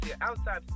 outside